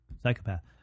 psychopath